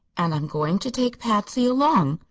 and i'm going to take patsy along,